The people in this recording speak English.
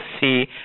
see